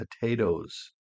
potatoes